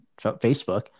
Facebook